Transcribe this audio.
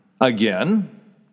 again